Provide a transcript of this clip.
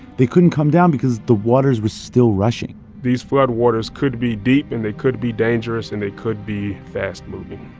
they couldn't come down because the waters were still rushing these floodwaters could be deep, and they could be dangerous, and they could be fast-moving.